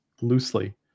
loosely